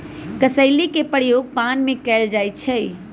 कसेली के प्रयोग पान में कएल जाइ छइ